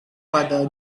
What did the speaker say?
pada